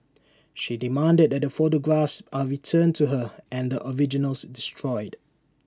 she demanded that the photographs are returned to her and the originals destroyed